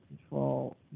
control